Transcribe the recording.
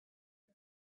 and